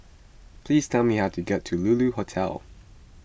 please tell me how to get to Lulu Hotel